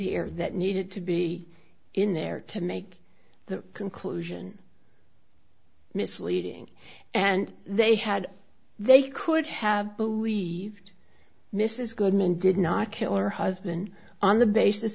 the air that needed to be in there to make the conclusion misleading and they had they could have believed mrs goodman did not kill her husband on the basis